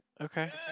Okay